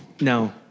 No